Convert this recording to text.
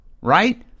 right